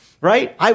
right